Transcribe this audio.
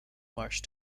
marsh